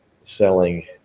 selling